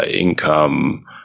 income